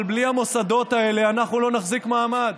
אבל בלי המוסדות האלה אנחנו לא נחזיק מעמד.